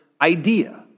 idea